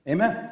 Amen